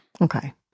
Okay